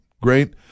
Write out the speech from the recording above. great